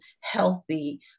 healthy